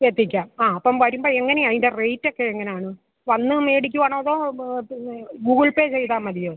എത്തിക്കാം ആ അപ്പം വരുമ്പം എങ്ങനെയാണ് അതിൻ്റെ റേറ്റൊക്കെ എങ്ങനെയാണ് വന്നു മേടിക്കുവാണോ അതോ ഗൂഗിൾ പേ ചെയ്താൽ മതിയോ